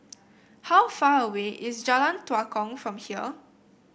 how far away is Jalan Tua Kong from here